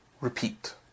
repeat